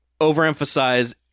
overemphasize